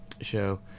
show